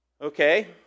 Okay